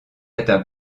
atteint